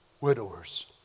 widowers